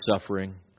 suffering